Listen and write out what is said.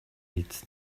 its